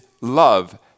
love